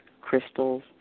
crystals